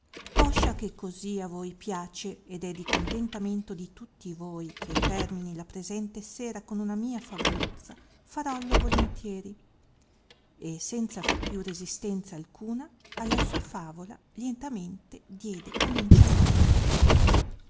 poscia che così a voi piace ed è di contentamento di tutti voi ch'io termini la presente sera con una mia favoluzza farollo volentieri e senza far più resistenza alcuna alla sua favola lietamente diede